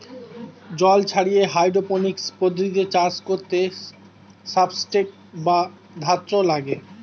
জল ছাড়িয়ে হাইড্রোপনিক্স পদ্ধতিতে চাষ করতে সাবস্ট্রেট বা ধাত্র লাগে